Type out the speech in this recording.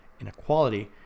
inequality